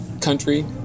country